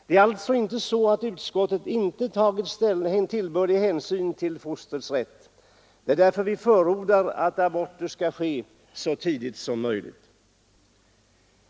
Det är alltså inte så att utskottet inte tagit tillbörlig hänsyn till fostrets rätt. Det är därför vi förordar att aborter skall ske så tidigt som möjligt.